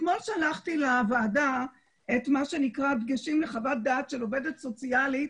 אתמול שלחתי לוועדה דגשים לחוות דעת של עובדת סוציאלית